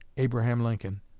abraham lincoln.